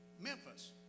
Memphis